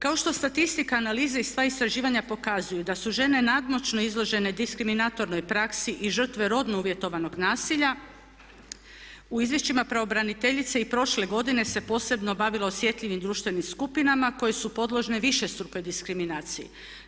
Kao što statistika, analiza i sva istraživanja pokazuju da su žene nadmoćno izložene diskriminatornoj praksi i žrtve rodno uvjetovanog nasilja u izvješćima pravobraniteljice i prošle godine se posebno bavilo osjetljivim društvenim skupinama koje su podložne višestrukoj diskriminaciji.